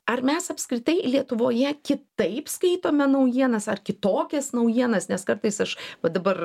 ar mes apskritai lietuvoje kitaip skaitome naujienas ar kitokias naujienas nes kartais aš va dabar